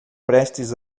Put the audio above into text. prestes